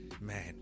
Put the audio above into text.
man